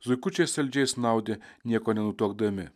zuikučiai saldžiai snaudė nieko nenutuokdami